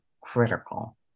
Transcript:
critical